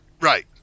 Right